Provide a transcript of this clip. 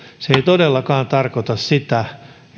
se ei todellakaan tarkoita sitä